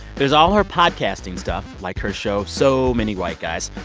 there's all her podcasting stuff, like her show so many white guys,